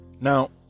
Now